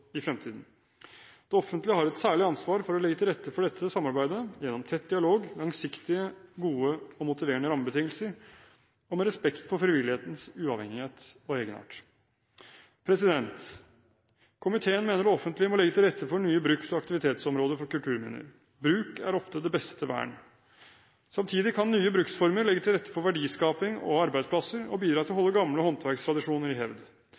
i fremtiden. Det offentlige har et særlig ansvar for å legge til rette for dette samarbeidet, gjennom tett dialog og langsiktige, gode og motiverende rammebetingelser, og med respekt for frivillighetens uavhengighet og egenart. Komiteen mener at det offentlige må legge til rette for nye bruks- og aktivitetsområder for kulturminner. Bruk er ofte det beste vern. Samtidig kan nye bruksformer legge til rette for verdiskaping og arbeidsplasser og bidra til å holde gamle håndverkstradisjoner i hevd.